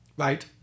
Right